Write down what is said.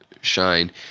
shine